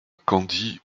candie